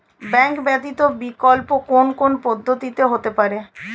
Bank ব্যতীত বিকল্প কোন কোন পদ্ধতিতে হতে পারে?